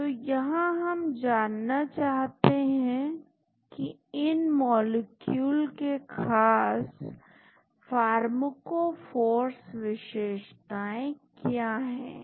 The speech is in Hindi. तो यहां हम जानना चाहते हैं कि इन मॉलिक्यूल के खास फार्मकोफोर्स विशेषताएं क्या है